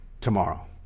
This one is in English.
Tomorrow